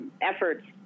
efforts